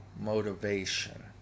motivation